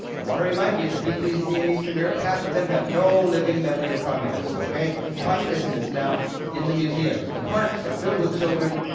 i want to remind you of the people you see in eastern europe, half of them have no living memory of communism, okay. communism is now in the museums, the parks are filled with children,